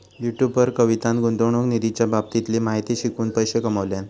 YouTube वर कवितान गुंतवणूक निधीच्या बाबतीतली माहिती शिकवून पैशे कमावल्यान